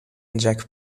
inject